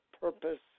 purpose